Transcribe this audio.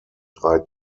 drei